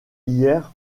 hier